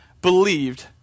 believed